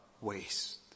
waste